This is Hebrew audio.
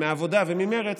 מהעבודה וממרצ,